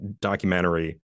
documentary